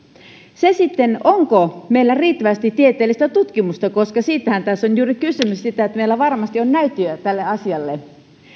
onko meillä sitten riittävästi tieteellistä tutkimusta siitähän tässä on juuri kysymys että meillä varmasti on näyttöjä tälle asialle